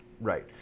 Right